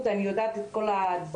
אני יודעת את כל הדברים,